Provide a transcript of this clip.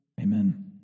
Amen